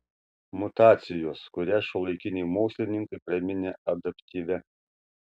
mutacijos kurią šiuolaikiniai mokslininkai praminė adaptyvia